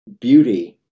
beauty